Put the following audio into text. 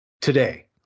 today